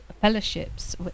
fellowships